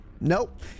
nope